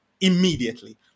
immediately